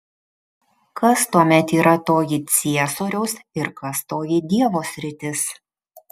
kas tuomet yra toji ciesoriaus ir kas toji dievo sritis